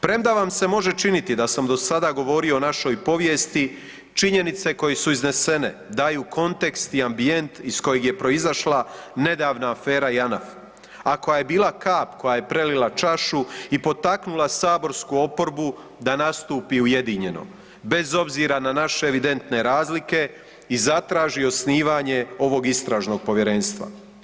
Premda vam se može činiti da sam do sada govorio o našoj povijesti, činjenice koje su iznesene daju kontekst i ambijent iz kojeg je proizašla nedavna afera Janaf, a koja je bila kap koja je prelila čašu i potaknula saborsku oporbu da nastupi ujedinjeno bez obzira na naše evidentne razlike i zatraži osnivanje ovog Istražnog povjerenstva.